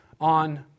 on